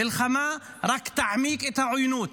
מלחמה רק תעמיק את העוינות